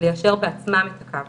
ליישר בעצמם את הקו